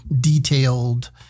detailed